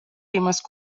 viimast